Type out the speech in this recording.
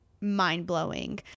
mind-blowing